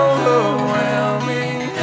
Overwhelming